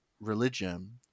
religion